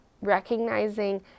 recognizing